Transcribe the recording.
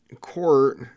court